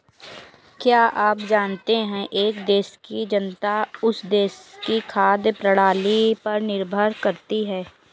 क्या आप जानते है एक देश की जनता उस देश की खाद्य प्रणाली पर निर्भर करती है?